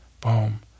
boom